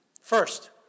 First